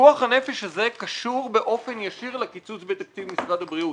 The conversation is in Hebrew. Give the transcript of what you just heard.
פיקוח הנפש הזה קשור באופן ישיר לקיצוץ בתקציב משרד הבריאות.